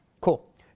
cool